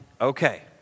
Okay